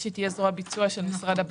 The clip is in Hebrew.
שהיא תהיה זרוע ביצוע של משרד הביטחון.